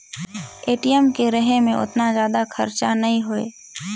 ATM के रहें मे ओतना जादा खरचा नइ होए